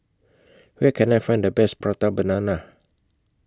Where Can I Find The Best Prata Banana